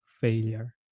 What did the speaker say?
failure